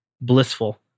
blissful